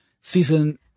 season